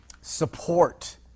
support